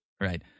right